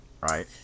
Right